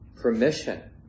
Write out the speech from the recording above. permission